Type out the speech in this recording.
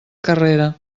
carrera